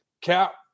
cap